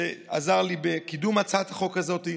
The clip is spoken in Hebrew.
שעזר לי בקידום הצעת החוק הזאת,